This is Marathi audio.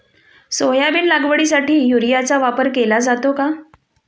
सोयाबीन लागवडीसाठी युरियाचा वापर केला जातो का?